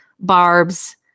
barbs